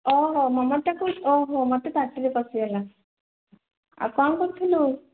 ମମତା କହୁଛ ମୋତେ ପାଟିରେ ପଶିଗଲା ଆଉ କ'ଣ କରୁଥିଲୁ